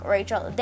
Rachel